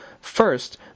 First